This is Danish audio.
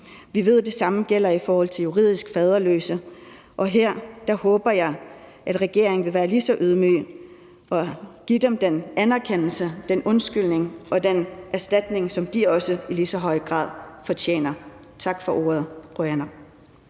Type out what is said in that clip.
Vi ved, at det samme gælder for juridisk faderløse, og her håber jeg, at regeringen vil være lige så ydmyg og give dem den anerkendelse, den undskyldning og den erstatning, som de også i lige så høj grad fortjener. Tak for ordet.